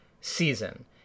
season